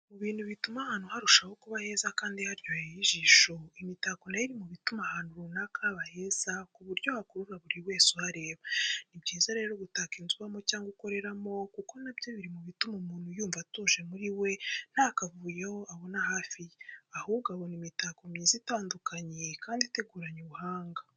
Mu bintu bituma ahantu harushaho kuba heza kandi haryoheye ijisho, imitako na yo iri mu bituma ahantu runaka haba heza ku buryo hakurura buri wese uhareba. Ni byiza rero gutaka inzu ubamo cyangwa ukoreramo kuko na byo biri mu bituma umuntu yumva atuje muri we nta kavuyo abona hafi ye, ahubwo abona imitako myiza itandukanye kandi iteguranye ubuhanga.